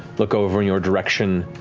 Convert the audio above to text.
look over in your direction,